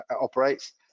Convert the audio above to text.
operates